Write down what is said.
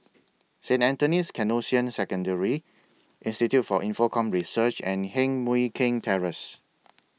Saint Anthony's Canossian Secondary Institute For Infocomm Research and Heng Mui Keng Terrace